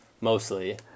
mostly